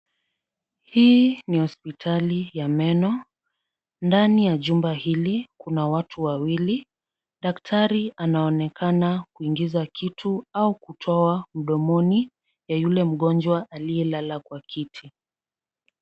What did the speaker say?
Hii ni hospitali ya meno. Ndani ya jumba hili kuna watu wawili. Daktari anaonekana kuingiza kitu au kutoa mdomoni ya yule mgonjwa aliyelala kwa kiti.